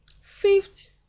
fifth